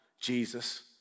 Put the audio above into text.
Jesus